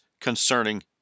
concerning